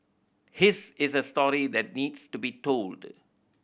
his is a story that needs to be told